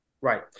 Right